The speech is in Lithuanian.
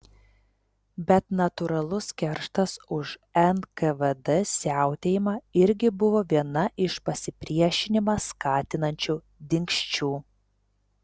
bet natūralus kerštas už nkvd siautėjimą irgi buvo viena iš pasipriešinimą skatinančių dingsčių